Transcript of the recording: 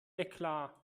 eklat